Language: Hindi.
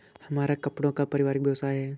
हमारा कपड़ों का पारिवारिक व्यवसाय है